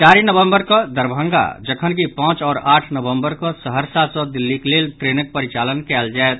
चारि नवंबर कऽ दरभंगा जखनकि पांच आओर आठ नवंबर कऽ सहरसा सॅ दिल्लीक लेल ट्रेनक परिचालन कयल जायत